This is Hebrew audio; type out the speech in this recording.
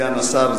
סגן השר,